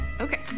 Okay